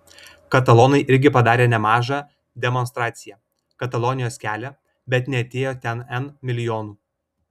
katalonai irgi padarė nemažą demonstraciją katalonijos kelią bet neatėjo ten n milijonų